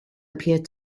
appeared